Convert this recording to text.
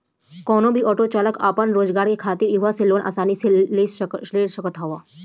कवनो भी ऑटो चालाक आपन रोजगार करे खातिर इहवा से लोन आसानी से ले सकत हवे